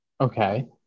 okay